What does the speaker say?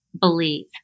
believe